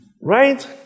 Right